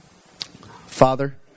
Father